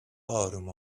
آروم